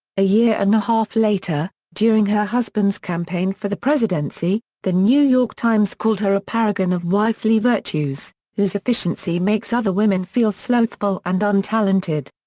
a year and a half later, during her husband's campaign for the presidency, the new york times called her a paragon of wifely virtues whose efficiency makes other women feel slothful and untalented.